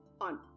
on